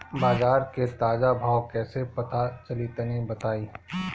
बाजार के ताजा भाव कैसे पता चली तनी बताई?